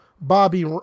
Bobby